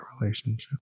relationship